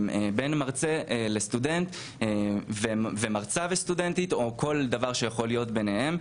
בין מרצה לסטודנט ומרצה לסטודנטית או כל דבר שיכול להיות ביניהם.